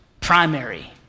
primary